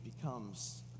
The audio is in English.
becomes